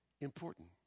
important